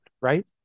right